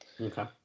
Okay